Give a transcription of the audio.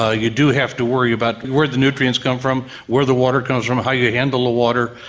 ah you do have to worry about where the nutrients come from, where the water comes from, how you handle the water.